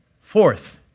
fourth